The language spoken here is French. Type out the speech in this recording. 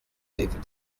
était